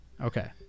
Okay